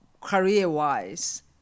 career-wise